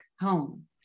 home